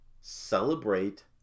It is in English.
celebrate